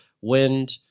wind